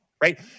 right